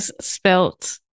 spelt